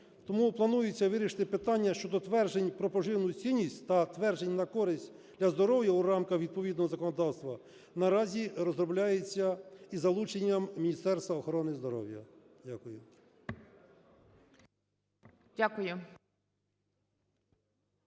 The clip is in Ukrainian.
тому планується вирішити питання щодо тверджень про поживну цінність та тверджень про користь для здоров'я в рамках відповідного законодавства, що наразі розробляється із залученням Міністерства охорони здоров'я. Дякую.